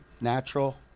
Natural